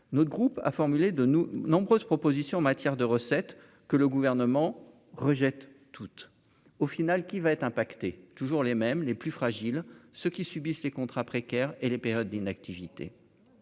notre groupe a formulé de nos nombreuses propositions en matière de recettes que le gouvernement rejette toute au final qui va être impacté toujours les mêmes, les plus fragiles, ceux qui subissent les contrats précaires et les périodes d'inactivité,